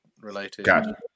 related